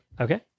Okay